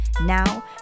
Now